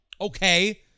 Okay